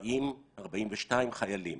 כ-36-42 חיילים